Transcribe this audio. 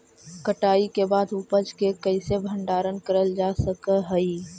कटाई के बाद उपज के कईसे भंडारण करल जा सक हई?